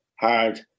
hard